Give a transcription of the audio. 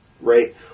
right